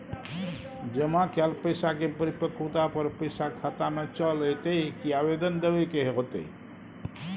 जमा कैल पैसा के परिपक्वता पर पैसा खाता में चल अयतै की आवेदन देबे के होतै?